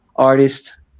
artist